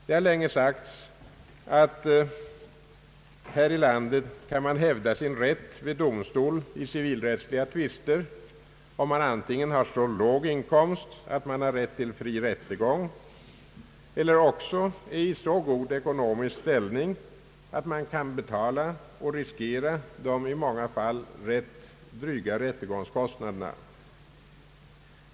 Det har länge sagts att man här i landet kan hävda sin rätt vid domstol i civilrättsliga tvister, om man antingen har så låg inkomst att man har rätt till fri rättegång eller också är i så god ekonomisk ställning att man kan betala och riskera de i många fall rätt dryga rättegångskostnaderna.